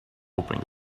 hoping